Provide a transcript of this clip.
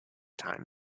time